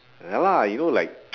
ya lah you know like